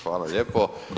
Hvala lijepo.